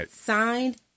signed